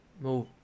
Move